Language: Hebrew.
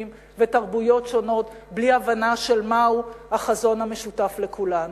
ותרבויות שונות בלי הבנה של מהו החזון המשותף לכולנו.